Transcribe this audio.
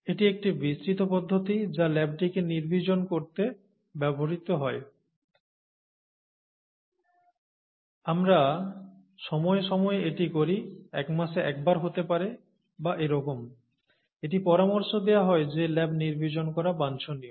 এটি একটি বিস্তৃত পদ্ধতি যা ল্যাবটিকে নির্বীজন করতে ব্যবহৃত হয় আমরা সময়ে সময়ে এটি করি একমাসে একবার হতে পারে বা এরকম এটি পরামর্শ দেওয়া হয় যে ল্যাব নির্বীজন করা বাঞ্ছনীয়